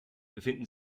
befinden